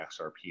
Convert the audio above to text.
XRP